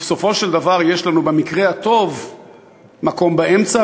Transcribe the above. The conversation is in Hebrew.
ובסופו של דבר יש לנו במקרה הטוב מקום באמצע,